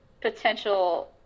potential